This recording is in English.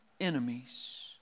enemies